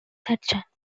thatcher